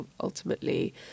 ultimately